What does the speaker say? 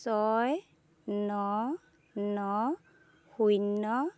ছয় ন ন শূন্য